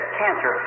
cancer